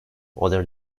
other